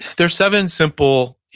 there's seven simple,